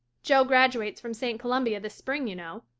jo graduates from st. columbia this spring, you know.